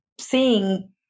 seeing